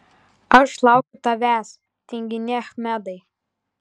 aš laukiu tavęs tinginy achmedai